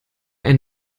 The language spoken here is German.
ein